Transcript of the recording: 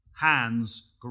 Hands